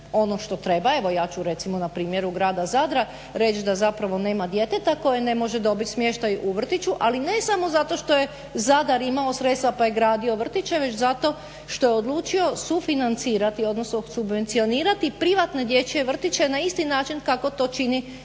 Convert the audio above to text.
ono što treba, evo ja ću recimo na primjeru Grada Zadra reć da zapravo nema djeteta koje ne može dobiti smještaj u vrtiću, ali ne samo zato što je Zadar imao sredstva pa je gradio vrtiće, već zato što je odlučio sufinancirati, odnosno subvencionirati privatne dječje vrtiće na isti način kako to čini sa